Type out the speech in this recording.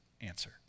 answer